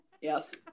yes